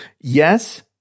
Yes